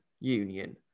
Union